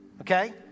okay